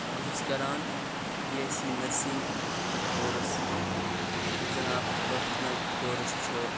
بہٕ چھُس کَران B S C nursing course یُس زَن اَکھ پرٛوفِشنَل کورس چھُ